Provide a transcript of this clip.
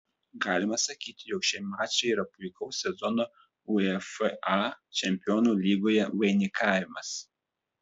galima sakyti jog šie mačai yra puikaus sezono uefa čempionų lygoje vainikavimas